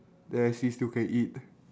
then actually still can eat